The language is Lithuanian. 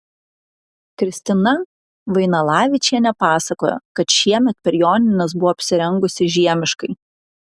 kristina vainalavičienė pasakojo kad šiemet per jonines buvo apsirengusi žiemiškai